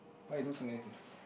why you do so many things